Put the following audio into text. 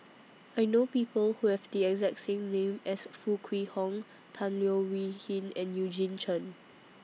I know People Who Have The exact same name as Foo Kwee Horng Tan Leo Wee Hin and Eugene Chen